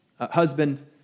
husband